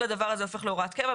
כל הדבר הזה הופך להוראת קבע,